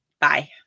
Bye